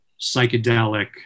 psychedelic